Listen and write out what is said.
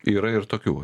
yra ir tokių